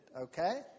okay